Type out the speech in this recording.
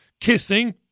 kissing